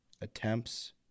Attempts